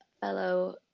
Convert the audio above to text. fellow